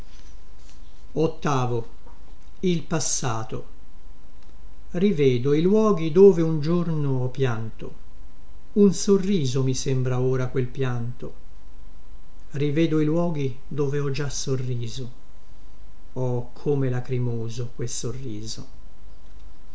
ultimo solo rivedo i luoghi dove un giorno ho pianto un sorriso mi sembra ora quel pianto rivedo i luoghi dove ho già sorriso oh come lacrimoso quel sorriso